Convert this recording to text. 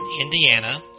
Indiana